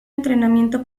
entrenamiento